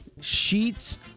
sheets